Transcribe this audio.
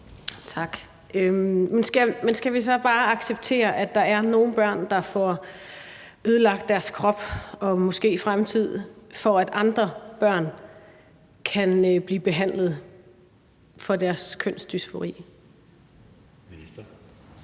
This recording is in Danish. Tak. Men skal vi så bare acceptere, at der er nogle børn, der får ødelagt deres krop og måske fremtid, for at andre børn kan blive behandlet for deres kønsdysfori?